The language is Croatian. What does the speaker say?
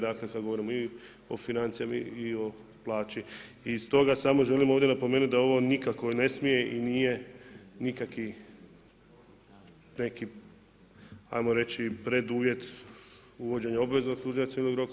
Dakle, kada govorimo i o financijama i o plaći i stoga samo želim ovdje napomenuti, da ovo nikako ne smije i nije nikakvi, neki, ajmo reći preduvjet uvođenja obveznog služenja civilnog roka.